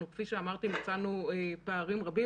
צמצום של טווח הזמנים כדי להגדיל את הסבירות